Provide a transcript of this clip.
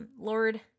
Lord